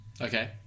Okay